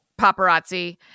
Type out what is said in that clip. paparazzi